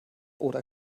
oder